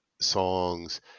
songs